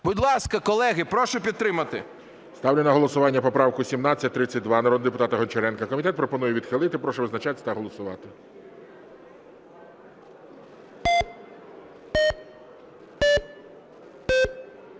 Будь ласка, колеги, прошу підтримати. ГОЛОВУЮЧИЙ. Ставлю на голосування поправку 1732 народного депутата Гончаренка. Комітет пропонує відхилити. Прошу визначатись та голосувати.